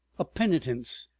a penitence,